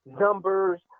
numbers